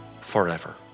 forever